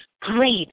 great